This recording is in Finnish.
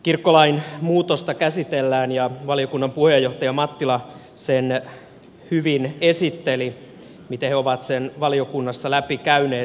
kirkkolain muutosta käsitellään ja valiokunnan puheenjohtaja mattila sen hyvin esitteli miten he ovat sen valiokunnassa läpikäyneet